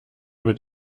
mit